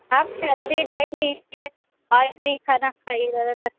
آپ healthy diet لیجیے oil free کھانا کھائیے ذرا سا